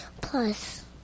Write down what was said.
Plus